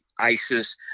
isis